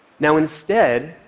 now, instead,